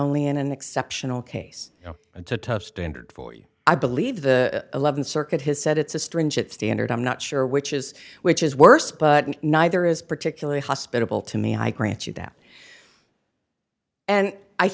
only in an exceptional case it's a tough standard for you i believe the th circuit has said it's a stringent standard i'm not sure which is which is worse but neither is particularly hospitable to me i grant you that and i